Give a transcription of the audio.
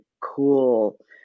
cool